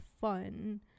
fun